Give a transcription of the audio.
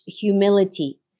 humility